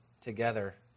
together